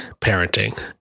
parenting